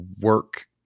work